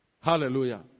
Hallelujah